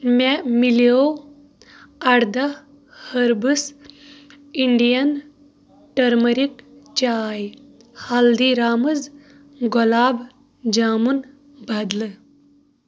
مےٚ میلیو اَرداہ ۂربَس اِنٛڈیَن ٹٔرمٔرِک چاے ہلدیٖرامٕز گۄلاب جامُن بدلہٕ